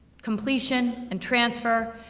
completion, and transfer.